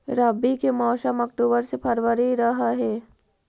रब्बी के मौसम अक्टूबर से फ़रवरी रह हे